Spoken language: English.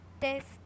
Test